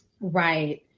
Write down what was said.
Right